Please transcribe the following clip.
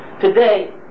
today